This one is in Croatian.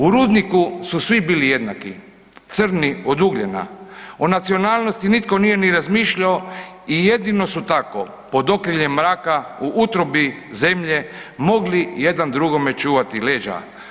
U rudniku su svi bili jednaki, crni od ugljena, o nacionalnosti nitko nije ni razmišljao i jedino su tako, pod okriljem mraka u utrobi zemlje mogli jedan drugom čuvati leđa.